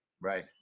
Right